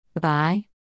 bye